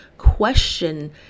question